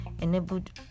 enabled